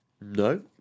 no